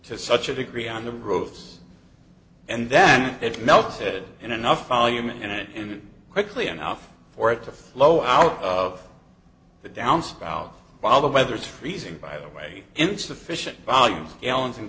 to such a degree on the roofs and then it melted in enough volume and quickly enough for it to flow out of the downspout while the weather's freezing by the way insufficient volumes gallons and